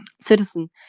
citizen